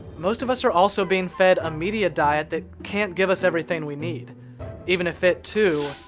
most of us are also being fed a media diet that can't give us everything we need even if it, too,